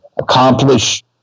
accomplish